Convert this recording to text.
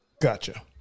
Gotcha